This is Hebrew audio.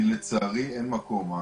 לצערי, אין מקום.